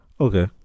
Okay